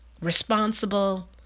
responsible